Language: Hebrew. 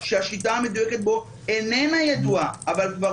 שהשיטה המדויקת בו איננה ידועה אבל כבר